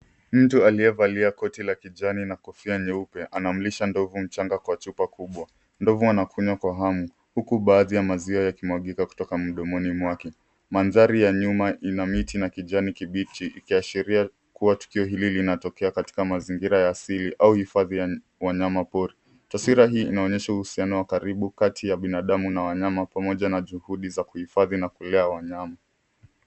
Mtu aliyevalia koti la kijani na kofia nyeupe anamlisha ndovu mchanga kwa chupa kubwa. Ndovu anakunywa kwa hamu huku baadhi ya maziwa yakimwagika kutoka mdomoni mwake. Mandhari ya nyuma ina miti na kijani kibichi ikiashiria kuwa tukio hili linatokea katika mazingira ya asili au hifadhi ya wanyamapori. Taswira hii inaonyesha uhusiano wa karibu kati ya binadamu na wanyama pamoja na juhudi za kuhifadhi na kulea wanyama.